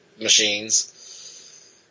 machines